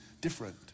different